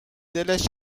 دلش